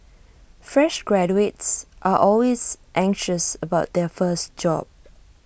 fresh graduates are always anxious about their first job